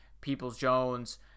Peoples-Jones